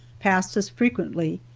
passed us frequently,